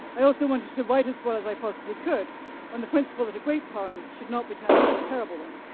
i also wanted to write as well as i possibly could on the principle that a great poem should not be turned into a terrible one.